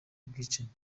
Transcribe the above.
ubwicanyi